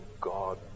God